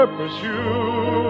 pursue